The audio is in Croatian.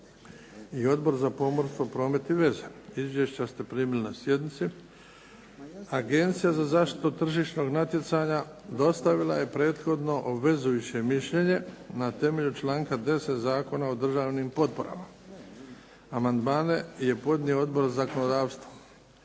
i Odbor za pomorstvo, promet i veze. Izvješća ste primili na sjednici. Agencija za zaštitu tržišnog natjecanja dostavila je prethodno obvezujuće mišljenje na temelju članka 10. Zakona o državnim potporama. Amandmane je podnio Odbor za zakonodavstvo.